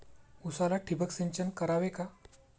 उसाला ठिबक सिंचन करावे का?